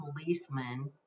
policeman